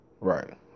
Right